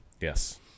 Yes